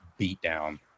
beatdown